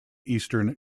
eastern